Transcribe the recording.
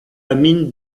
amin